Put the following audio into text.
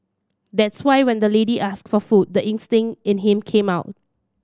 that's why when the lady asked for food the instinct in him came out